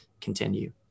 continue